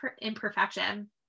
imperfection